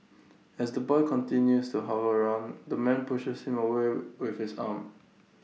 as the boy continues to hover around the man pushes him away with his arm